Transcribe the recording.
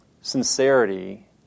sincerity